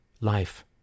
Life